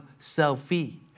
selfie